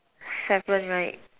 seven right